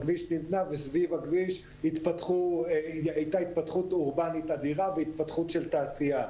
הכביש נבנה וסביב הכביש הייתה התפתחות אורבנית אדירה והתפתחות של תעשיה.